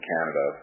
Canada